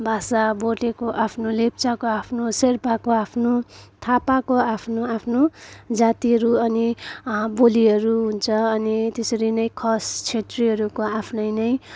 भोटेको आफ्नो लेप्चाको आफ्नो सेर्पाको आफ्नो थापाको आफ्नो आफ्नो जातिहरू अनि बोलीहरू हुन्छ अनि त्यसरी नै खस छेत्रीहरूको आफ्नै नै